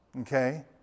okay